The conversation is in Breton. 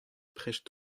prest